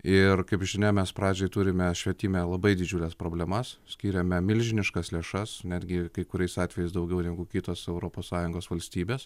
ir kaip žinia mes pradžiai turime švietime labai didžiules problemas skiriame milžiniškas lėšas netgi kai kuriais atvejais daugiau negu kitos europos sąjungos valstybės